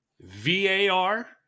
VAR